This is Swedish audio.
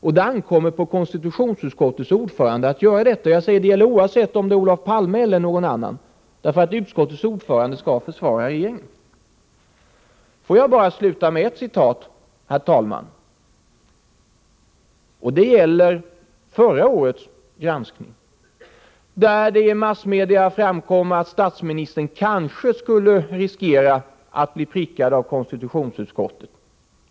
Och det ankommer på konstitutionsutskottets ordförande att göra detta, oavsett om det gäller Olof Palme eller någon annan. Får jag sluta med ett citat, herr talman. Det gäller förra årets granskning. I massmedia framkom att statsministern kanske skulle riskera att bli prickad av konstitutionsutskottet.